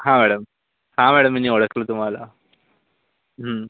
हा मॅडम हा मॅडम मी नी ओळखलं तुम्हाला हा